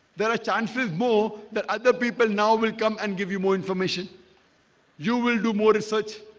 there are chances more that and people now will come and give you more information you will do more research